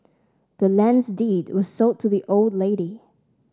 the land's deed was sold to the old lady